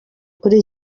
kuri